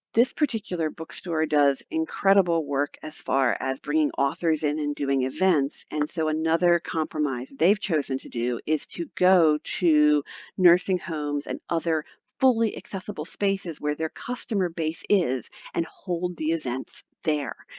this particular bookstore does incredible work as far as bringing authors in and doing events. and so another compromise they've chosen to do is to go to nursing homes and other fully accessible spaces where their customer base is and hold the events there.